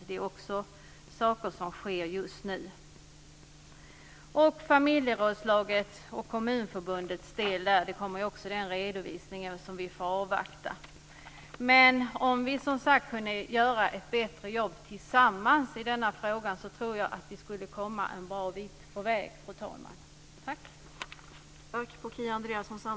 Det är också saker som sker just nu. Det kommer också en redovisning om familjerådslaget och Kommunförbundets del där, som vi får avvakta. Om vi kunde göra ett bättre jobb tillsammans i denna fråga tror jag att vi skulle komma en bra bit på väg, fru talman.